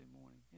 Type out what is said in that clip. morning